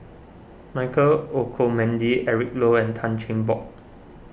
Michael Olcomendy Eric Low and Tan Cheng Bock